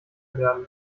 werden